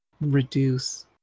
reduce